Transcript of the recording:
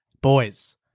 Boys